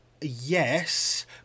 Yes